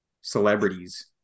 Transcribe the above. celebrities